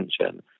attention